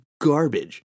garbage